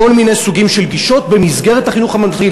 כל מיני סוגים של גישות במסגרת החינוך הממלכתי.